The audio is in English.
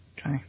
Okay